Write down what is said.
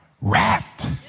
wrapped